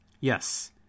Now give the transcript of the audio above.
Yes